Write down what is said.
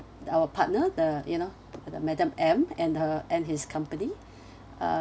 the our partner the you know the madam M and her and his company uh